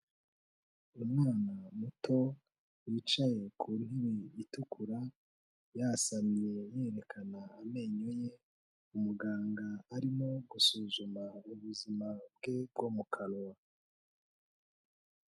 Umwana muto wicaye ku ntebe itukura yasamye yerekana amenyo ye, umuganga arimo gusuzuma ubuzima bwe bwo mu kanwa.